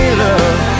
love